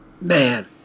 Man